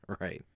right